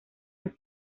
han